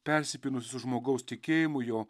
persipynusi su žmogaus tikėjimu jo